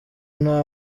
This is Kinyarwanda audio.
nta